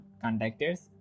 conductors